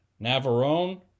Navarone